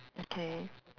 okay